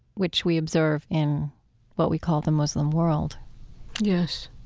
which we observe in what we call the muslim world yes.